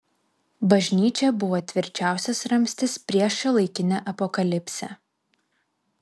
bažnyčia buvo tvirčiausias ramstis prieš šiuolaikinę apokalipsę